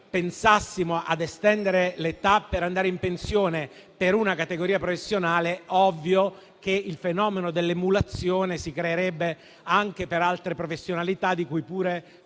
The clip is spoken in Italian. cui pensassimo di estendere l'età per andare in pensione per una categoria professionale, è ovvio che il fenomeno dell'emulazione si creerebbe anche per altre professionalità, di cui pure